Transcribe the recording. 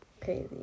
Crazy